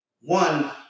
One